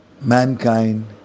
Mankind